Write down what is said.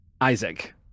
Isaac